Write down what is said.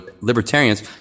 libertarians